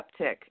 uptick